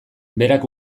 berak